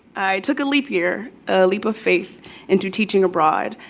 i took a leap year, a leap of faith into teaching abroad.